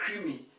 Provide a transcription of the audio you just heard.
creamy